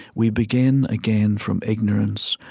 we begin again from ignorance,